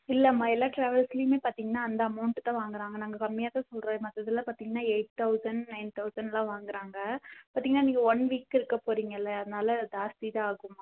இல்லைம்மா எல்லா ட்ராவல்ஸ்லையுமே பார்த்திங்கன்னா அந்த அமௌண்டு தான் வாங்குறாங்க நாங்கள் கம்மியாக தான் சொல்லுறோம் மற்றது எல்லாம் பார்த்திங்கன்னா எயிட் தௌசண்ட் நைன் தௌசண்ட் எல்லாம் வாங்குறாங்க பார்த்திங்கன்னா நீங்கள் ஒன் வீக்கு இருக்க போகறீங்கள அதனால் ஜாஸ்தி தான் ஆகும்மா